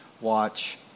watch